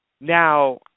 Now